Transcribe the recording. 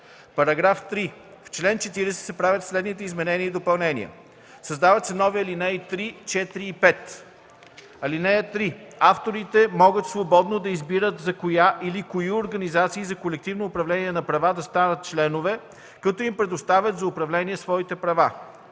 „§ 3. В чл. 40 се правят следните изменения и допълнения: 1. Създават се нови ал. 3, 4 и 5: „(3) Авторите могат свободно да избират на коя или кои организации за колективно управление на права да станат членове, като им предоставят за управление свои права.